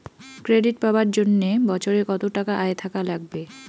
Credit পাবার জন্যে বছরে কত টাকা আয় থাকা লাগবে?